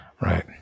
right